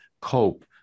cope